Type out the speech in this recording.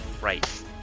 Right